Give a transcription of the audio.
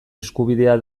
eskubidea